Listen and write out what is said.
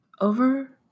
Over